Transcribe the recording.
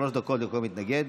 שלוש דקות לכל מתנגד.